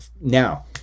Now